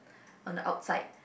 on the outside